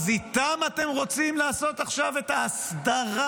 אז איתם אתם רוצים לעשות עכשיו את ההסדרה?